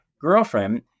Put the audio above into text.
girlfriend